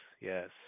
Yes